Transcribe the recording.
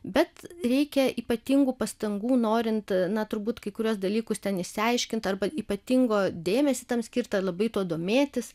bet reikia ypatingų pastangų norint na turbūt kai kuriuos dalykus ten išsiaiškint arba ypatingo dėmesio tam skirt labai tuo domėtis